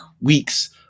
weeks